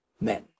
men